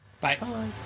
Bye